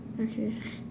okay